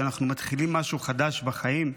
כשאנחנו מתחילים משהו חדש בחיים,